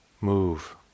move